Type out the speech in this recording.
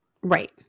Right